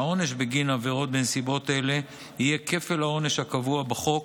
העונש בגין עבירות בנסיבות אלה יהיה כפל העונש הקבוע בחוק,